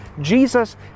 Jesus